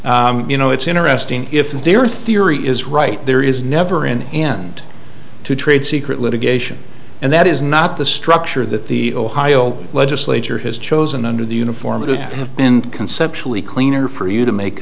case you know it's interesting if their theory is right there is never an end to trade secret litigation and that is not the structure that the ohio legislature has chosen under the uniform it would have been conceptually cleaner for you to make